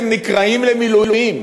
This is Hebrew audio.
הם נקראים למילואים,